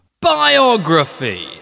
Biography